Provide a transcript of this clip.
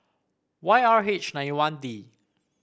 Y R H nine one D